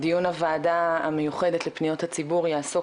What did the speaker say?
דיון הוועדה המיוחדת לפניות הציבור יעסוק